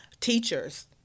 teachers